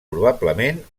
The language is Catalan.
probablement